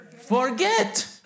Forget